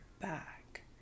back